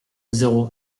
zéro